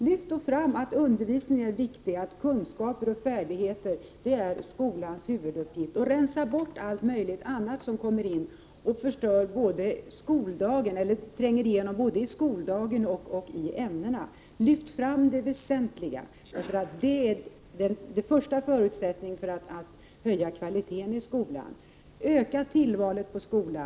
Lyft då fram att undervisningen är viktig och att förmedlandet av kunskaper och färdigheter är skolans huvuduppgift! Rensa bort allt möjligt annat som tränger igenom både i skoldagen och i ämnena! Lyft fram det väsentliga! Det är första förutsättningen för att höja kvaliteten i skolan. Öka tillvalsmöjligheterna i skolan!